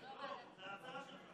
זו ההצעה שלך.